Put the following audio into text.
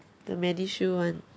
the medishield [one]